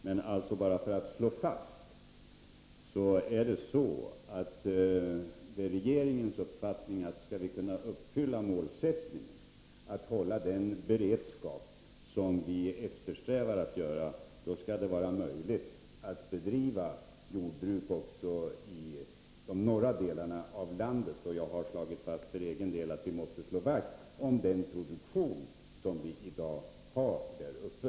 Jag vill betona att det är regeringens uppfattning, att om vi skall kunna uppfylla målet att hålla den beredskap som vi eftersträvar, skall det också vara möjligt att bedriva jordbruk även i de norra delarna av landet. Jag har för egen del slagit fast att vi måste slå vakt om den produktion som vi i dag har där uppe.